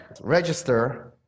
register